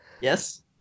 Yes